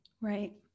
Right